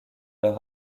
leur